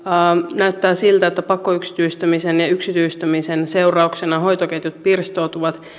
näyttää siltä että pakkoyksityistämisen ja yhtiöittämisen seurauksena hoitoketjut pirstoutuvat